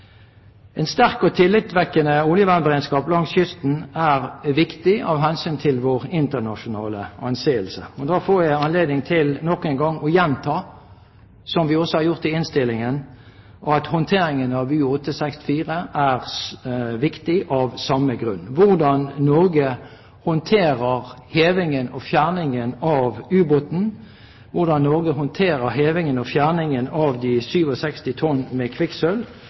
En sterk og tillitvekkende oljevernberedskap langs kysten er viktig av hensyn til vår internasjonale anseelse. Da får jeg anledning til nok en gang å gjenta det som vi har sagt i innstillingen, at håndteringen av U-864 er viktig av samme grunn: hvordan Norge håndterer hevingen og fjerningen av ubåten, hvordan Norge håndterer hevingen og fjerningen av de 67 tonn med kvikksølv